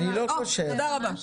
אני לא חושב כך.